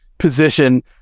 position